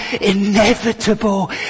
inevitable